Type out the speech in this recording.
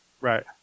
Right